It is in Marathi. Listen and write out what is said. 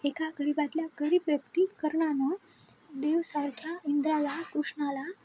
एका गरीबातल्या गरीब व्यक्ती कर्णानं देवासारख्या इंद्राला कृष्णाला